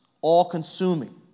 all-consuming